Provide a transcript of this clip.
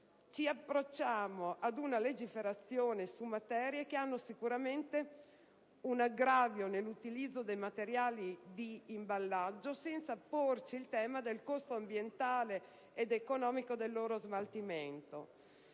di approcciarci oggi ad una legislazione che determina sicuramente un aggravio nell'utilizzo dei materiali da imballaggio senza porci il tema del costo ambientale ed economico del loro smaltimento.